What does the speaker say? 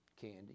candy